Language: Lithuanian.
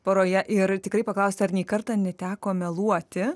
poroje ir tikrai paklausti ar nei karto neteko meluoti